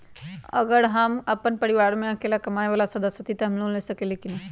अगर हम अपन परिवार में अकेला कमाये वाला सदस्य हती त हम लोन ले सकेली की न?